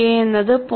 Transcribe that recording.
K എന്നത് 0